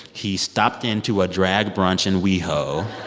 he stopped into a drag brunch in weho